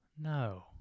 No